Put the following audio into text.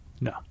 No